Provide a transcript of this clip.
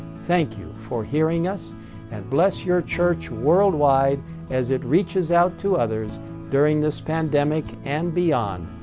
thank you for hearing us and bless your church worldwide as it reaches out to others during this pandemic and beyond.